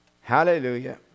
Hallelujah